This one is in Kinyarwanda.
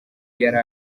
yari